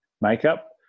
makeup